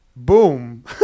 Boom